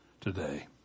today